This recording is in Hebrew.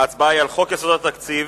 ההצבעה היא על חוק יסודות התקציב